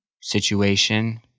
situation